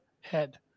head